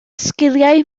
sgiliau